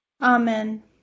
Amen